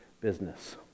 business